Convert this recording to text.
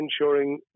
ensuring